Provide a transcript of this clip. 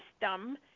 system